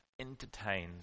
entertains